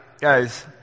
Guys